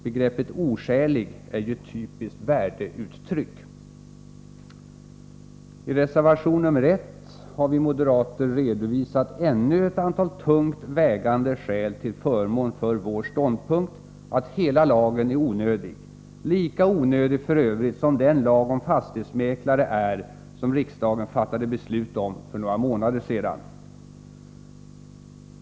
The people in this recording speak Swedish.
Begreppet ”oskälig” är ju ett typiskt värdeuttryck. I reservation 1 har vi moderater redovisat ännu ett antal tungt vägande skäl till förmån för vår ståndpunkt att hela lagen är onödig, lika onödig f. ö. som den lag om fastighetsmäklare är som riksdagen fattade beslut om för några månader sedan.